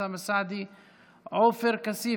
אוסאמה סעדי ועופר כסיף,